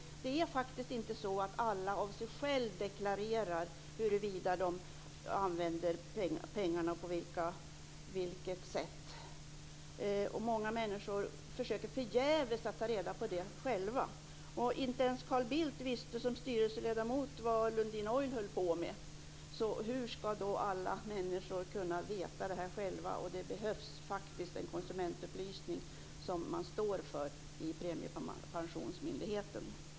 Det är faktiskt inte så att alla av sig självt deklarerar hur de använder pengarna. Många människor försöker förgäves ta reda på det. Inte ens Carl Bildt visste som styrelseledamot vad Lundin Oil höll på med. Hur ska då alla kunna veta detta? Det behövs faktiskt en konsumentupplysning som premiepensionsmyndigheten står för.